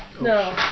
No